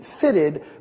fitted